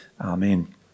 Amen